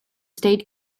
state